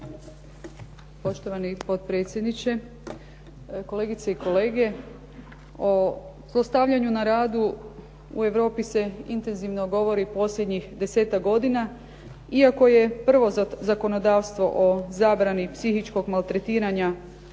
Poštovani potpredsjedniče, kolegice i kolege, o zlostavljanju na radu u Europi se intenzivno govori posljednjih 10-ak godina iako je prvo zakonodavstvo o zabrani psihičkog maltretiranja